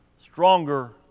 stronger